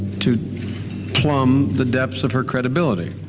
to plumb the depths of her credibility